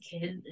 kids